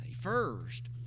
first